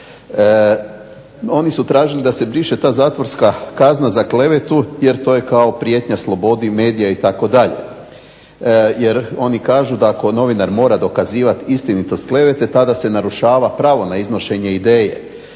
Oni su tražili da se briše ta zatvorska kazna za klevetu jer to je prijetnja slobodi medija itd. Jer oni kažu da ako novinar mora dokazivati istinitost klevete tada se narušava pravo na iznošenje ideje,